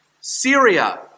Syria